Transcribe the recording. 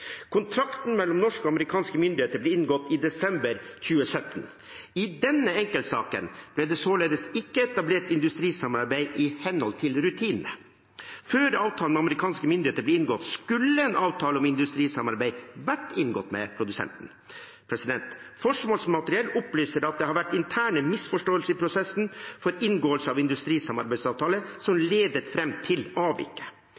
Kontrakten mellom norske og amerikanske myndigheter ble inngått i desember 2017. I denne enkeltsaken ble det således ikke etablert industrisamarbeid i henhold til rutinene. Før avtalen med amerikanske myndigheter ble inngått, skulle en avtale om industrisamarbeid vært inngått med produsenten. Forsvarsmateriell opplyser at det har vært interne misforståelser i prosessen for inngåelse av